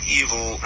evil